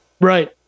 right